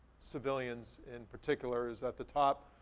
civilians, in particular, is at the top.